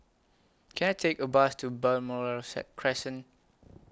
Can I Take A Bus to Balmoral Said Crescent